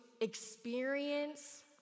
experience